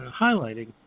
highlighting